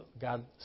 God